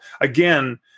again